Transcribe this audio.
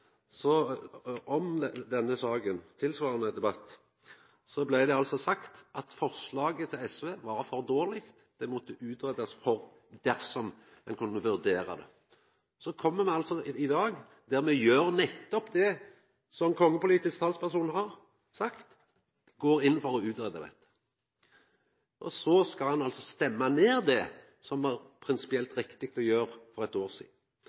Så kjem me i dag og gjer nettopp det kongepolitisk talsperson har sagt – me går inn for å utgreia det. Og så skal ein stemma ned det som det var prinsipielt riktig å gjera for eitt år sidan.